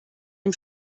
dem